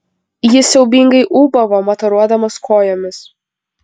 jis siaubingai ūbavo mataruodamas kojomis